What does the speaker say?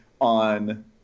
on